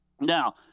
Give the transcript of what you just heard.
Now